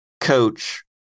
coach